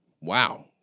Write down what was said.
Wow